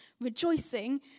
rejoicing